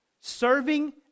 Serving